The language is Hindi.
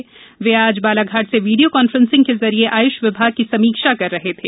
श्री कावरे आज बालाघाट से वीडियो कांफ्रेंसिंग के जरिये आयुष विभाग की समीक्षा कर रहे थे